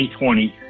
2020